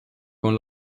con